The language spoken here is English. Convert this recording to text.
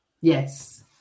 Yes